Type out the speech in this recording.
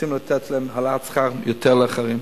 רוצים לתת להם העלאת שכר יותר מלאחרים,